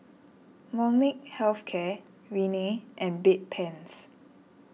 Molnylcke Health Care Rene and Bedpans